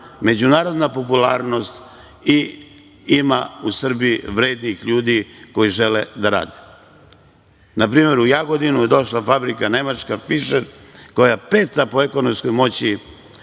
međunarodna popularnost i ima u Srbiji vrednih ljudi koji žele da rade. Na primer u Jagodinu je došla fabrika Nemačka, „Fišer“, koja je peta po ekonomskoj moći